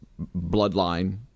Bloodline